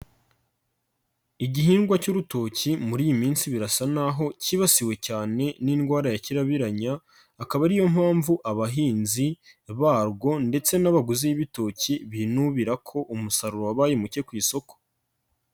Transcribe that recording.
Igihingwa cy'urutoki muri iyi minsi birasa n'aho cyibasiwe cyane n'indwara ya Kirabiranya, akaba ariyo mpamvu abahinzi barwo ndetse n'abaguzi b'ibitoki binubira ko umusaruro wabaye muke ku isoko.